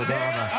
תודה רבה.